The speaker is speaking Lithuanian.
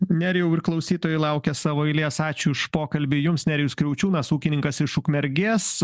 nerijau ir klausytojai laukia savo eilės ačiū už pokalbį jums nerijus kriaučiūnas ūkininkas iš ukmergės